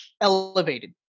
elevated